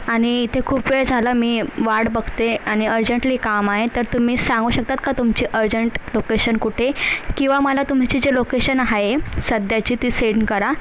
आणि इथे खूप वेळ झाला मी वाट बघते आणि अर्जंटली काम आहे तर तुम्ही सांगू शकतात का तुमची अर्जंट लोकेशन कुठे किंवा मला तुमचे जे लोकेशन आहे सध्याची ती सेंड करा